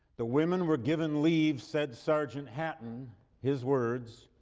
the women were given leave, said sergeant hatton his words